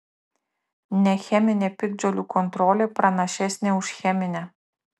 necheminė piktžolių kontrolė pranašesnė už cheminę